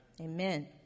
Amen